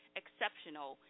exceptional